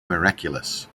miraculous